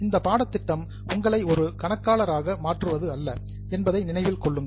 இந்த பாடத்திட்டம் உங்களை ஒரு கணக்காளராக மாற்றுவது அல்ல என்பதை நினைவில் கொள்ளுங்கள்